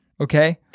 Okay